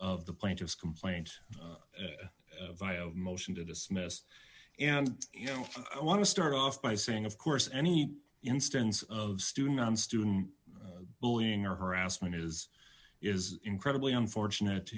of the plaintiff's complaint vi of motion to dismiss and you know i want to start off by saying of course any instance of student on student bullying or harassment is is incredibly unfortunate